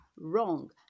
wrong